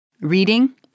reading